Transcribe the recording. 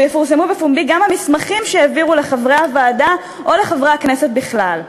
ויפורסמו בפומבי גם המסמכים שהעבירו לחברי הוועדה או לחברי הכנסת בכלל.